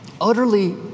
Utterly